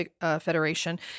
federation